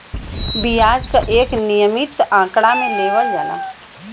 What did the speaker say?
बियाज एक नियमित आंकड़ा मे लेवल जाला